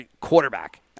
quarterback